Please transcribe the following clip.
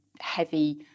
heavy